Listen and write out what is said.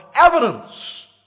evidence